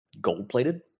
gold-plated